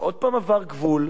ועוד הפעם עבר גבול,